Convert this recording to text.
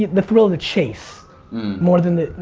the the thrill of the chase more than the,